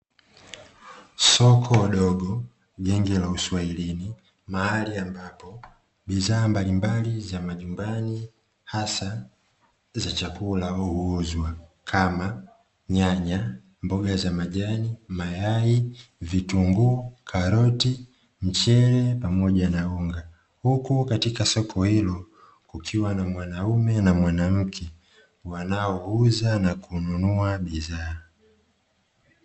Soko dogo genge la uswahilini mahali ambapo bidhaa mbalimbali za majumbani hasa za chakula huuzwa kama nyanya, mboga za majani, mayai, vitunguu, karoti, mchele pamoja na unga huku katika soko hilo ukiwa na mwanaume na mwanamke wanaouza na kununua bidhaa.